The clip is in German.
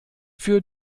für